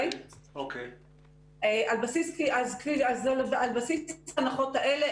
על בסיס ההנחות האלה,